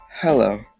Hello